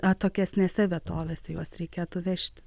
atokesnėse vietovėse juos reikėtų vežti